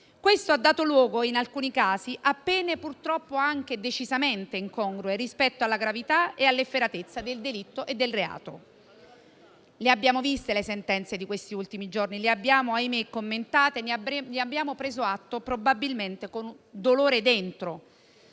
Questo ha dato luogo, in alcuni casi, a pene purtroppo anche decisamente incongrue rispetto alla gravità e all'efferatezza del delitto e del reato. Le abbiamo viste le sentenze di questi ultimi giorni, le abbiamo ahimè commentate e ne abbiamo preso atto probabilmente con un dolore dentro.